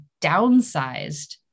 downsized